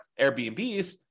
Airbnbs